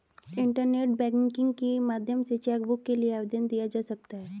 internet banking के माध्यम से चैकबुक के लिए आवेदन दिया जा सकता है